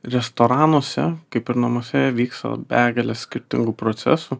restoranuose kaip ir namuose vyksta begalė skirtingų procesų